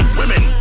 women